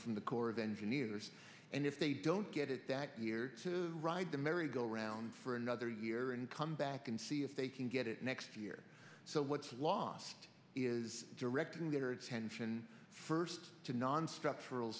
from the corps of engineers and if they don't get it that year to ride the merry go round for another year and come back and see if they can get it next year so what's lost is directing their attention first to nonstructural